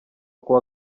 kuwa